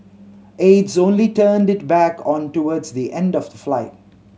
aides only turned it back on towards the end of the flight